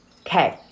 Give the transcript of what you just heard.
Okay